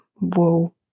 whoa